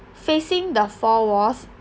facing the four walls